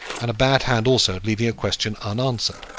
and a bad hand also at leaving a question unanswered.